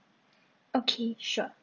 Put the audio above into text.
okay sure